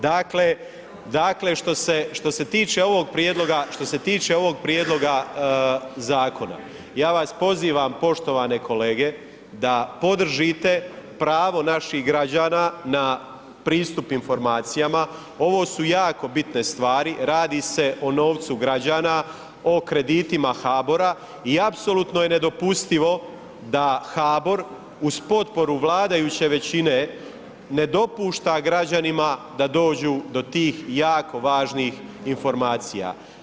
Dakle, dakle, što se, što se tiče ovog prijedloga, što se tiče ovog prijedloga zakona, ja vas pozivam poštovane kolege da podržite pravo naših građana na pristup informacijama, ovo su jako bitne stvari, radi se o novcu građana, o kreditima HBOR-a i apsolutno je nedopustivo da HBOR uz potporu vladajuće većine ne dopušta građanima da dođu do tih jako važnih informacija.